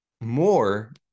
more